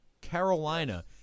Carolina